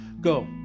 Go